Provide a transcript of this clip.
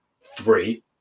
Three